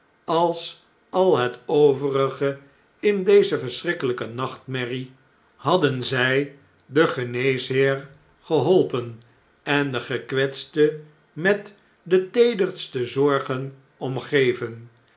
als al het overige in deze verschrikkeljjke nachtmerrie hadden zjj den geneesheer geholpen en den gekwetste met de teederste zorgen omgeven